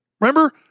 Remember